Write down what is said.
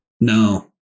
No